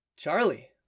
Charlie